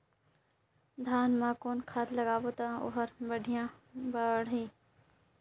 धान मा कौन खाद लगाबो ता ओहार बेडिया बाणही?